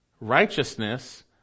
righteousness